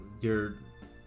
You're-